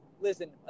listen